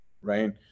right